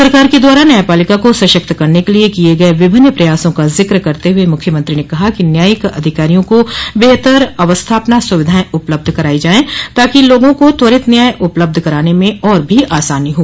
सरकार के द्वारा न्यायपालिका को सशक्त करने के लिए किये गये विभिन्न प्रयासों का जिक्र करते हुए मुख्यमंत्री ने कहा कि न्यायिक अधिकारियों को बेहतर अवस्थापना सुविधाएं उपलब्ध कराई जायें ताकि लोगों को त्वरित न्याय सुलभ कराने में और भी आसानी हो